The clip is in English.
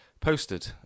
posted